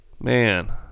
Man